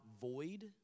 void